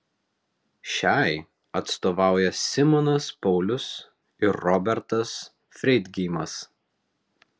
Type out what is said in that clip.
šiai atstovauja simonas paulius ir robertas freidgeimas